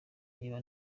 niba